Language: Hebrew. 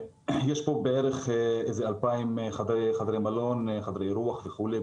בנצרת יש כ-2,000 חדרי מלון, חדרי אירוח וכולי.